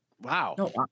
Wow